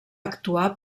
actuar